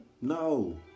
No